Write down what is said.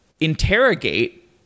interrogate